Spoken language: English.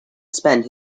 spend